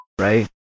right